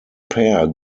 pair